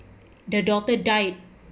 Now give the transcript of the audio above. the daughter died